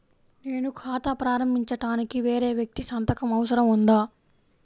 నేను ఖాతా ప్రారంభించటానికి వేరే వ్యక్తి సంతకం అవసరం ఉందా?